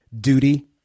duty